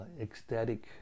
ecstatic